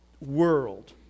world